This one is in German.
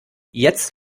jetzt